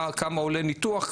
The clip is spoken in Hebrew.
כמה עולה ניתוח,